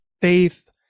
faith